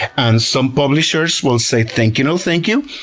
and some publishers will say thank you, no thank you.